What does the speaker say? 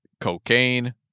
cocaine